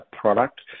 product